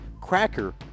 Cracker